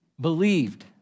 believed